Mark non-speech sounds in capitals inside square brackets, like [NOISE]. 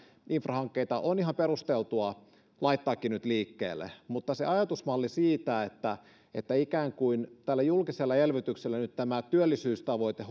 infrahankkeita on ihan perusteltua laittaakin nyt liikkeelle mutta se ajatusmalli siitä että että ikään kuin tällä julkisella elvytyksellä nyt tämä työllisyystavoite [UNINTELLIGIBLE]